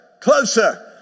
Closer